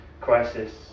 Crisis